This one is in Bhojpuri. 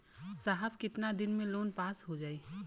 साहब कितना दिन में लोन पास हो जाई?